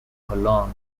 cologne